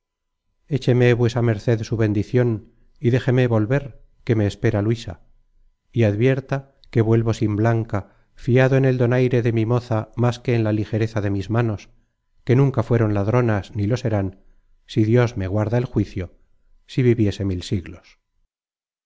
saben echeme vuesa merced su bendicion y déjeme volver que me espera luisa y advierta que vuelvo sin blanca fiado en el donaire de mi moza más que en la ligereza de ms manos que nunca fueron ladronas ni lo serán si dios me guarda el juicio si viviese mil siglos